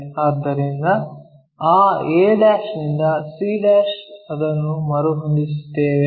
ಆದ್ದರಿಂದ ಆ a' ನಿಂದ c' ಅದನ್ನು ಮರುಹೊಂದಿಸುತ್ತೇವೆ